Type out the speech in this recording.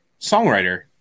songwriter